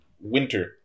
winter